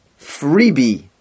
freebie